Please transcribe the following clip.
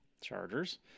Chargers